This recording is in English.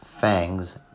fangs